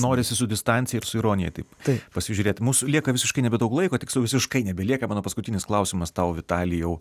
norisi su distancija ir su ironija taip pasižiūrėt mūsų lieka visiškai nebedaug laiko tiksliau visiškai nebelieka mano paskutinis klausimas tau vitalijau